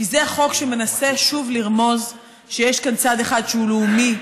כי זה חוק שמנסה שוב לרמוז שיש כאן צד אחד שהוא לאומי,